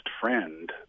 friend